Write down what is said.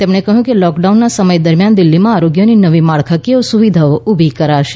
તેમણે કહ્યું કે લોકડાઉનના સમય દરમિયાન દિલ્હીમાં આરોગ્યની નવી માળખાકીય સુવિધાઓ ઊભી કરાશે